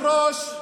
הייעוץ המשפטי,